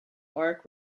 arc